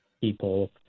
people